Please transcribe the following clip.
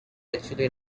actually